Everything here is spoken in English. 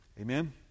Amen